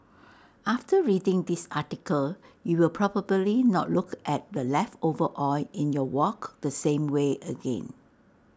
after reading this article you will probably not look at the leftover oil in your wok the same way again